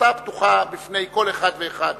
עתה, פתוחה בפני כל אחד ואחד